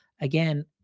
again